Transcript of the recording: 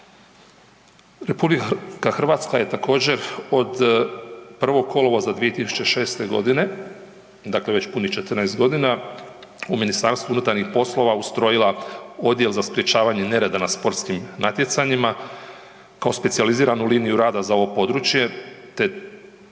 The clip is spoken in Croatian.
natjecanjima. RH je također od 1. kolovoza 2006.g., dakle već punih 14.g. u MUP-u ustrojila Odjel za sprječavanje nereda na sportskim natjecanjima kao specijaliziranu liniju rada za ovo područje, te